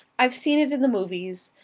i've seen it in the movies.